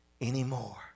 anymore